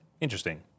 Interesting